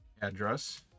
address